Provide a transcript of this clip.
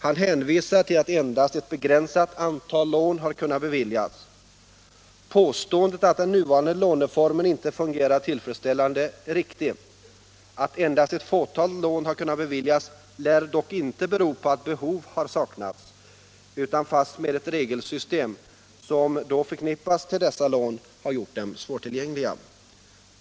Han hänvisar till att endast ett begränsat antal lån har kunnat beviljas. Påståendet att den nuvarande låneformen inte fungerar tillfredsställande är riktigt. Att endast ett fåtal lån har kunnat beviljas lär dock inte bero på att projekt har saknats, utan fastmer på att ett regelsystem som är förknippat med dessa lån har gjort dem svårtillgängliga.